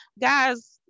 guys